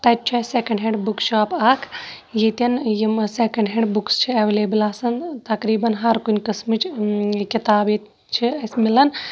تَتہِ چھُ اَسہِ سکٮ۪نٛڈ ہینٛڈ بُک شاپ اَکھ ییٚتٮ۪ن یِم سکٮ۪نٛڈ ہینٛڈ بُکٕس چھِ اٮ۪ولیبٕل آسان تقریٖباً ہرکُنہِ قٕسمٕچہِ کِتاب ییٚتہِ چھِ اَسہِ مِلان